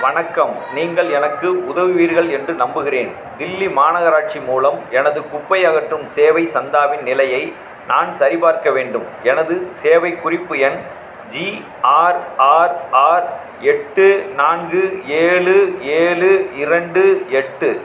வணக்கம் நீங்கள் எனக்கு உதவுவீர்கள் என்று நம்புகிறேன் தில்லி மாநகராட்சி மூலம் எனது குப்பை அகற்றும் சேவை சந்தாவின் நிலையை நான் சரிபார்க்க வேண்டும் எனது சேவை குறிப்பு எண் ஜிஆர்ஆர்ஆர் எட்டு நான்கு ஏழு ஏழு இரண்டு எட்டு